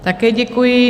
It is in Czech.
Také děkuji.